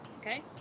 Okay